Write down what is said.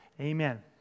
Amen